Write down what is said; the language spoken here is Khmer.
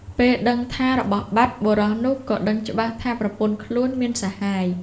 ពេលដឹងថារបស់បាត់ បុរសនោះក៏ដឹងច្បាស់ថាប្រពន្ធខ្លួនមានសហាយ។